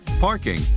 parking